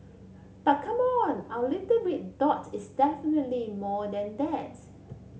but come on our little red dot is definitely more than that